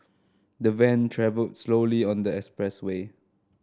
the van travelled slowly on the expressway